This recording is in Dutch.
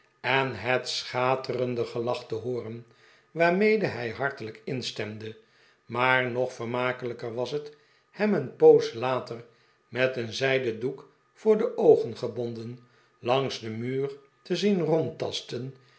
en het schaterende gelach te hooren waarmede hij hartelijk instemde maar nog vermakelijker was het hem een poos later met een zij den doek voor de oogen gebonden langs den muur te zien